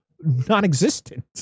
non-existent